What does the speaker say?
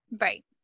Right